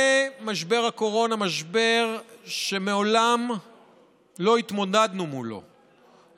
מאפייני משבר הקורונה: משבר שמעולם לא התמודדנו מולו,